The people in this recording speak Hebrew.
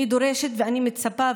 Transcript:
אני דורשת ואני מצפה,